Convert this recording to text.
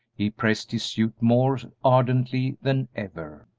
he pressed his suit more ardently than ever.